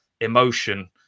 emotion